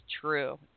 true